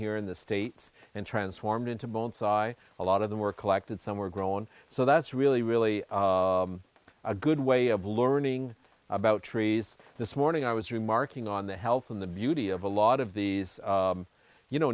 here in the states and transformed into bone sigh a lot of them were collected some were grown so that's really really a good way of learning about trees this morning i was remarking on the health and the beauty of a lot of these you know